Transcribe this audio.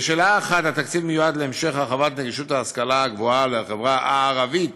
לשאלה 1: התקציב המיועד להמשך הרחבת נגישות ההשכלה הגבוהה לחברה הערבית